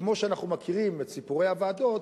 וכמו שאנחנו מכירים את סיפורי הוועדות: